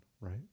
right